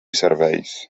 serveis